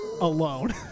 alone